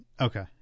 Okay